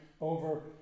over